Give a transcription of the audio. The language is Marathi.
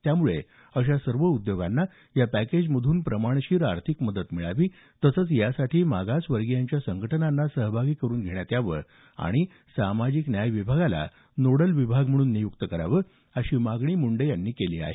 त्यामुळे अशा सर्व उद्योगांना या पॅकेज मधून प्रमाणशीर आर्थिक मदत मिळावी तसंच यासाठी मागासवर्गीयांच्या संघटनांना सहभागी करून घेण्यात यावं आणि सामाजिक न्याय विभागाला नोडल विभाग म्हणून नियुक्त करावं अशी मागणी मुंडे यांनी केली आहे